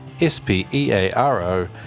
S-P-E-A-R-O